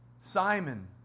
Simon